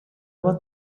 want